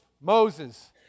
Moses